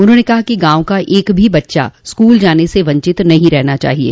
उन्होंने कहा कि गांव का एक भी बच्चा स्क्ल जाने से वंचित नहीं रहना चाहिये